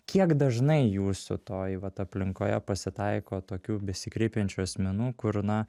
kiek dažnai jūsų toj vat aplinkoje pasitaiko tokių besikreipiančių asmenų kur na